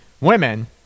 women